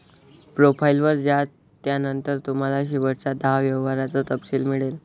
profile वर जा, त्यानंतर तुम्हाला शेवटच्या दहा व्यवहारांचा तपशील मिळेल